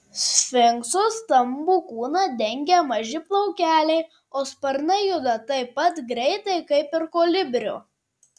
sfinkso stambų kūną dengia maži plaukeliai o sparnai juda taip pat greitai kaip ir kolibrio